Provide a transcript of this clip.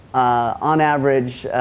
on average,